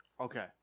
Okay